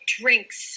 drinks